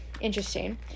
interesting